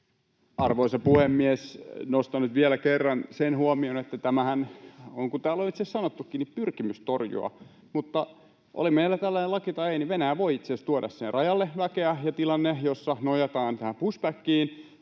Arvoisa puhemies! Nostan nyt vielä kerran sen huomion, että tämähän on, niin kuin täällä on itse asiassa sanottukin, pyrkimys torjua, mutta oli meillä tällainen laki tai ei, Venäjä voi tuoda sinne rajalle väkeä, ja tilanne, jossa nojataan tähän pushbackiin,